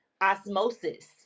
osmosis